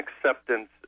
acceptance